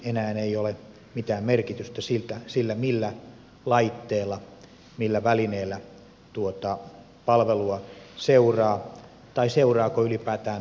enää ei ole mitään merkitystä sillä millä laitteella millä välineellä tuota palvelua seuraa tai seuraako ylipäätään ollenkaan